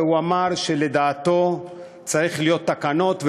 והוא אמר שלדעתו צריכות להיות תקנות,